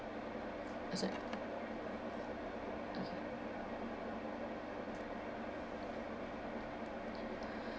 oh sorry